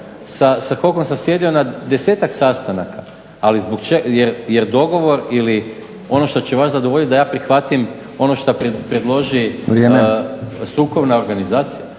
sa … sam sjedio na 10-tak sastanaka jer dogovor ili ono što će vas zadovoljit da ja prihvatim ono što predloži strukovna organizacija.